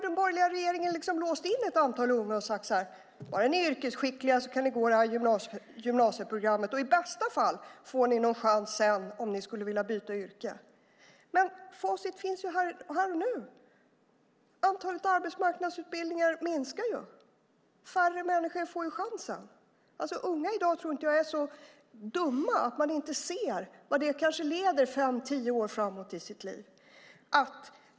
Den borgerliga regeringen har låst in ett antal unga och sagt att bara de är yrkesskickliga kan de gå det här gymnasieprogrammet och i bästa fall får de en chans sedan om de skulle vilja byta yrke. Facit finns här och nu. Antalet arbetsmarknadsutbildningar minskar. Färre människor får chansen. Jag tror inte att de unga i dag är så dumma att de inte ser vart detta leder fem tio år senare i livet.